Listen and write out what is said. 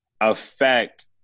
affect